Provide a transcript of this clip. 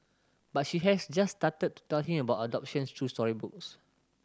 but she has just started tell him about adoptions through storybooks